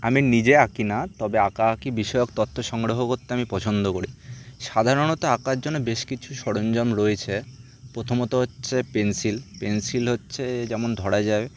আমি নিজে আঁকি না তবে আঁকাআঁকি বিষয়ক তথ্য সংগ্রহ করতে আমি পছন্দ করি সাধারণত আঁকার জন্য বেশ কিছু সরঞ্জাম রয়েছে প্রথমত হচ্ছে পেনসিল পেনসিল হচ্ছে যেমন ধরা যায়